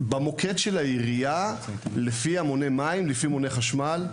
במוקד של העירייה, לפי מונה מים או לפי מונה חשמל.